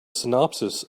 synopsis